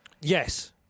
Yes